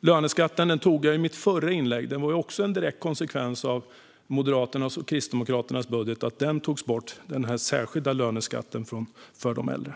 Löneskatten tog jag upp i mitt förra inlägg. Det var också en direkt konsekvens av Moderaternas och Kristdemokraternas budget att den särskilda löneskatten togs bort för de äldre.